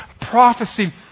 prophecy